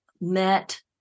met